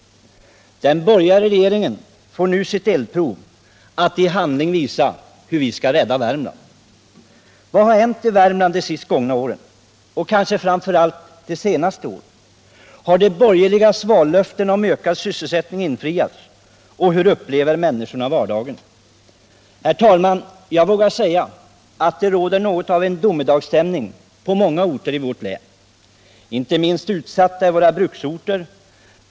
Den borgerliga regeringen får nu sitt eldprov när det gäller att i handling visa hur vi skall rädda Värmland. Vad har hänt i Värmland under de sist gångna åren och kanske framför allt det senaste året? Har de borgerligas vallöften om ökad sysselsättning infriats, och hur upplever människorna vardagen? Herr talman! Jag vågar säga att det råder något av domedagsstämning på många orter i vårt län. Inte minst utsatta är våra bruksorter.